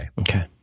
Okay